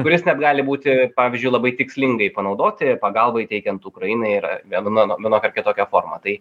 kuris net gali būti pavyzdžiui labai tikslingai panaudoti pagalbai teikiant ukrainai ir vieno vienokia ar kitokia forma tai